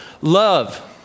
love